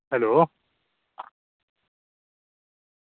hello